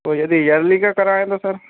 और यदि इयर्ली का कराएँ तो सर